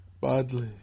Badly